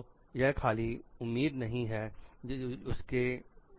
तो यही खाली उम्मीद नहीं है